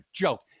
joke